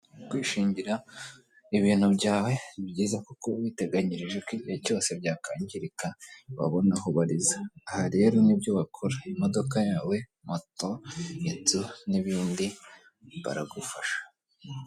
Kwishingira ibintu byawe ni byiza kuko witeganyirije ko igihe cyose byakangirika wabona aho ubariza. Aha rero nibyo bakora imodoka yawe moto, inzu, n'ibindi baragufasha.